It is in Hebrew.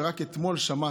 ורק אתמול שמעתי,